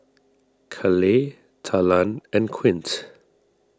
Caleigh Talan and Quint